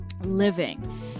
living